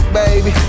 baby